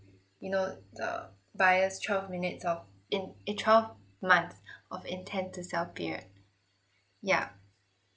you know the buyer's twelve minutes of in in twelve months of intend to sell period yeah